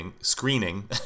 screening